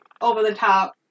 over-the-top